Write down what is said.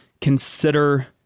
consider